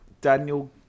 Daniel